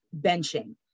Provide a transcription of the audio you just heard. benching